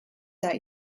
that